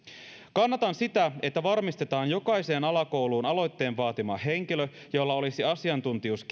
kannatan sitä että varmistetaan jokaiseen alakouluun aloitteen vaatima henkilö jolla olisi asiantuntijuus